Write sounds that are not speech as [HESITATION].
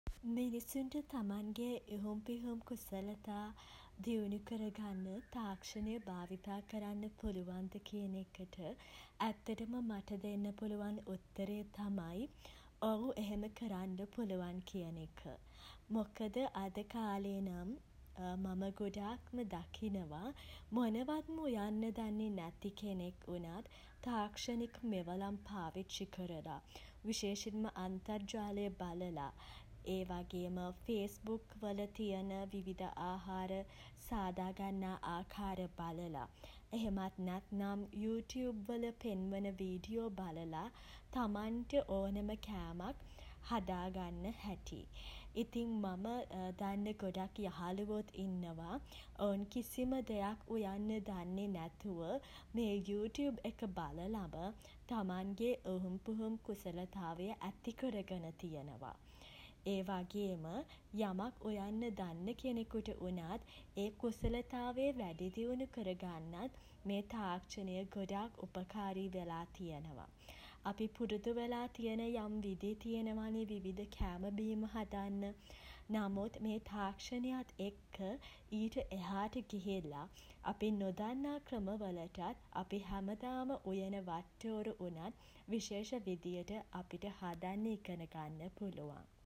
මිනිසුන්ට තමන්ගේ ඉහුම් පිහුම් කුසලතා [HESITATION] දියුණු කරගන්න තාක්ෂණය [HESITATION] භාවිතා කරන්න පුළුවන්ද කියන එකට [HESITATION] ඇත්තටම දෙන්න පුළුවන් උත්තරේ තමයි [HESITATION] ඔව් [HESITATION] එහෙම කරන්න පුළුවන් කියන එක. මොකද [HESITATION] අද කාලේ නම් [HESITATION] මම ගොඩාක්ම දකිනව [HESITATION] මොනවත්ම උයන්න දන්නේ නැති කෙනෙක් වුණත් [HESITATION] තාක්ෂණික මෙවලම් පාවිච්චි කරලා. විශේෂයෙන්ම අන්තර්ජාලය බලලා [HESITATION] ඒ වගේම [HESITATION] ෆේස්බුක්වල තියෙන විවිධ ආහාර [HESITATION] සාදා ගන්නා ආකාර බලලා [HESITATION] එහෙමත් නැත්නම් [HESITATION] යූ ටියුබ් වල පෙන්වන වීඩියෝ බලලා [HESITATION] තමන්ට ඕනම කෑමක් හදාගන්න හැටි. ඉතින් [HESITATION] මම දන්න ගොඩක් යහළුවොත් ඉන්නව. ඔවුන් කිසිම දෙයක් උයන්න දන්නේ නැතුව [HESITATION] මේ යූටියුබ් එක බලලම [HESITATION] තමන්ගේ ඉහුම් පිහුම් කුසලතාවය [HESITATION] ඇති කරගෙන තියෙනවා. ඒ වගේම යමක් උයන්න දන්නා කෙනෙකුට වුණත් [HESITATION] ඒ කුසලතාවය වැඩි දියුණු කරගන්න [HESITATION] වුනත් මේ තාක්ෂණය ගොඩක් උපකාරී වෙලා තියෙනවා. අපි පුරුදු වෙලා තියෙන යම් විදි තියෙනවනේ [HESITATION] යම් විවිධ කෑම බීම හදන්න. නමුත් මේ තාක්ෂණයත් එක්ක [HESITATION] ඊට එහාට ගිහිල්ලා [HESITATION] අපි නොදන්නා ක්‍රම වලටත් [HESITATION] අපි හැමදාම උයන වට්ටෝරු වුණත් [HESITATION] විශේෂ විදියට අපිට හදන්න ඉගෙන ගන්න පුළුවන්.